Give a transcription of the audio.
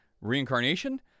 reincarnation